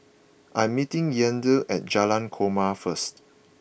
I'm meeting Yandel at Jalan Korma first